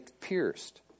pierced